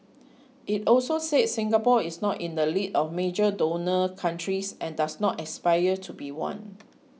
it also said Singapore is not in the league of major donor countries and does not aspire to be one